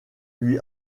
lui